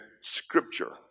Scripture